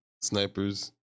snipers